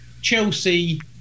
Chelsea